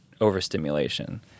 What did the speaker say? overstimulation